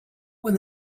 when